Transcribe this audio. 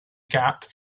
gap